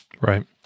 Right